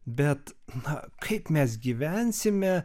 bet na kaip mes gyvensime